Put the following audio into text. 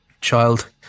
child